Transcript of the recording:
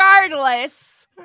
Regardless